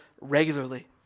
regularly